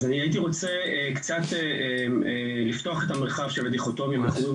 אז אני הייתי רוצה קצת לפתוח את המרחב של מכורים או לא